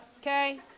Okay